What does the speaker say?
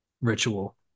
ritual